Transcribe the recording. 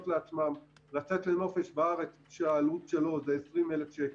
לעצמן לצאת לנופש בארץ שהעלות שלו היא 20,000 שקל.